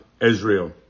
Israel